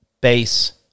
base